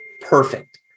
perfect